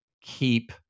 keep